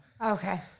Okay